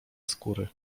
skóry